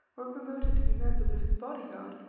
were promoted to be members of his body-guard.